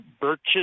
birches